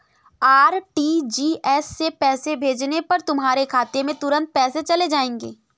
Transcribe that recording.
RTGS से पैसे भेजने पर तुम्हारे खाते में तुरंत पैसे चले जाएंगे